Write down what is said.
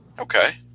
Okay